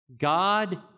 God